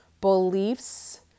beliefs